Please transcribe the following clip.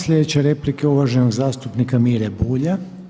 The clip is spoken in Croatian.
Sljedeća replika je uvaženog zastupnika Mire Bulja.